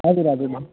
हजुर हजुर भन्